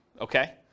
okay